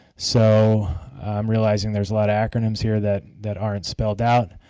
so i'm realizing there is a lot of acronyms here that that aren't spelled out.